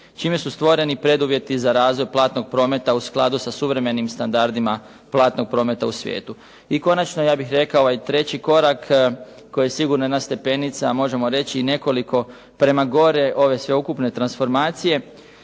čime su stvoreni preduvjeti za razvoj platnog prometa u skladu sa suvremenim standardima platnog prometa u svijetu. I konačno ja bih rekao ovaj treći korak koji je sigurno jedna stepenica, a možemo reći i nekoliko prema gore, ove ukupne transformacije.